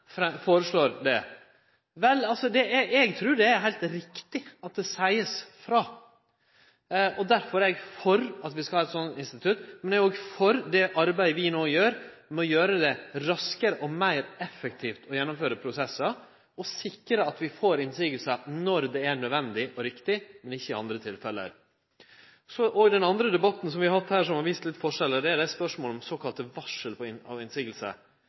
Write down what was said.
foreslår å bruke det. Vel – eg trur det er heilt riktig at ein seier frå. Derfor er eg for at vi skal ha eit sånt institutt, men eg er òg for det arbeidet vi no gjer med å gjere det raskare og meir effektivt å gjennomføre prosessar og sikre at vi får motsegner når det er nødvendig og riktig, men ikkje i andre tilfelle. Den andre debatten som vi har hatt her, som har vist litt forskjellar, er spørsmålet om såkalla